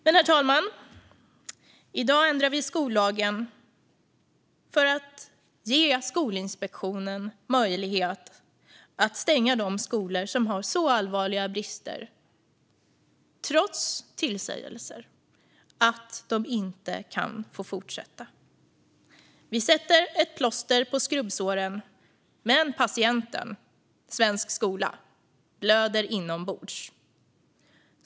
Herr talman! I dag ändrar vi skollagen för att ge Skolinspektionen möjlighet att stänga de skolor som har så allvarliga brister, trots tillsägelser, att de inte kan få fortsätta. Vi sätter ett plåster på skrubbsåren. Men patienten - svensk skola - blöder inombords.